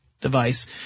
device